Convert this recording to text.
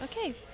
okay